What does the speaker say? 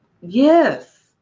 Yes